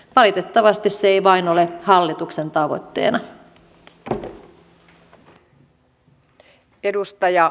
valitettavasti se ei vain ole hallituksen tavoitteena